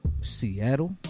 Seattle